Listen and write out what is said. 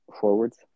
forwards